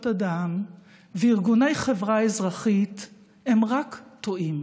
אדם וארגוני חברה אזרחית הם רק טועים,